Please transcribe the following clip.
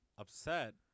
upset